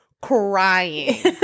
crying